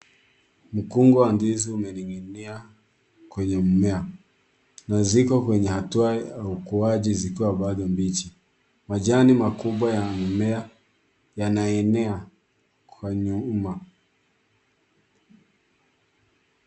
Mkungu wa ndizi umening'inia kwenye mmea na ziko kwenye hatua ya ukuaji zikiwa bado mbichi. Majani makubwa ya mimea yanaenea kwa nyuma.